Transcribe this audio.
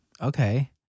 okay